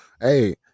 hey